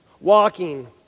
walking